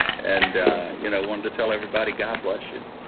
and you know want to tell everybody god bless you.